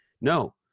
no